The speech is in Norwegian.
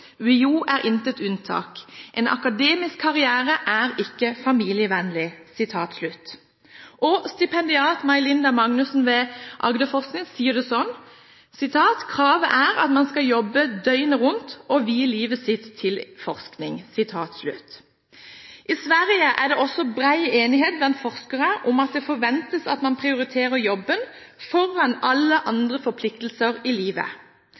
UiO er intet unntak. En akademisk karriere er ikke familievennlig.» Stipendiat May-Linda Magnussen ved Agderforskning sier det sånn: «Kravet er at man skal jobbe døgnet rundt og vie livet sitt til forskning.» I Sverige er det også bred enighet blant forskere om at det forventes at man prioriterer jobben foran alle andre forpliktelser i livet.